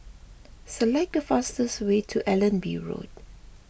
select the fastest way to Allenby Road